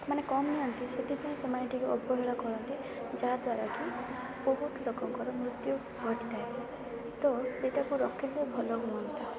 ମାନେ କ'ଣ ନିଅନ୍ତି ସେଥିପାଇଁ ସେମାନେ ଟିକେ ଅବହେଳା କରନ୍ତି ଯାହା ଦ୍ବାରା କି ବହୁତ ଲୋକଙ୍କର ମୃତ୍ୟୁ ଘଟିଥାଏ ତ ସେଇଟାକୁ ରୋକିଲେ ଭଲ ହୁଅନ୍ତା